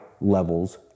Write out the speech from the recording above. levels